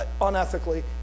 unethically